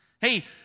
Hey